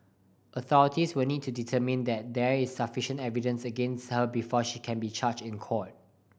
authorities will need to determine that there is sufficient evidence against her before she can be charged in court